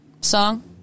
song